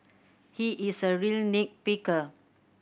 he is a real nit picker